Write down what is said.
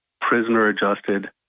prisoner-adjusted